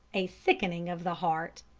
a sickening of the heart,